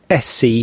sc